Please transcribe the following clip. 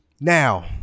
Now